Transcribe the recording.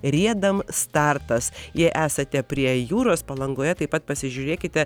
riedam startas jei esate prie jūros palangoje taip pat pasižiūrėkite